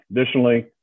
Additionally